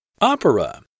Opera